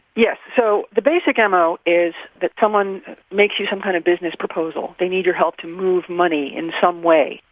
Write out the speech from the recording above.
yes, so the basic mo is that someone makes you some kind of business proposal, they need your help to move money in some way,